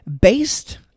based